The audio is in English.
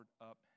up